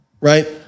right